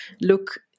look